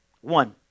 One